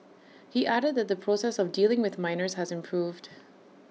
he added that the process of dealing with minors has improved